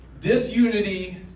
disunity